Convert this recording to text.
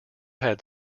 had